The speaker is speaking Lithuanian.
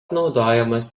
naudojamas